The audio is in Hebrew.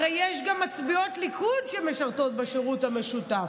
הרי יש גם מצביעות ליכוד שמשרתות בשירות המשותף,